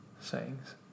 sayings